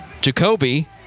Jacoby